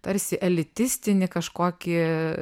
tarsi elitistinį kažkokį